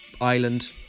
island